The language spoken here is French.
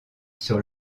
sur